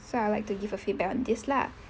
so I'll like to give a feedback on this lah